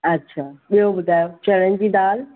अच्छा ॿियो ॿुधायो चणनि जी दाल